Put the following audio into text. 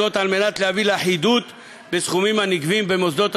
כדי להביא לאחידות בסכומים הנגבים במוסדות השונים.